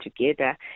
together